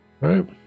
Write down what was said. right